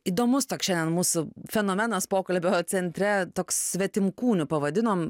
įdomus toks šiandien mūsų fenomenas pokalbio centre toks svetimkūnių pavadinom